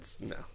No